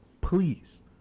Please